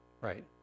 Right